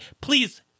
please